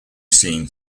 seen